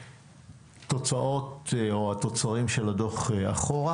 התוצאות או התוצרים של הדוח אחורה.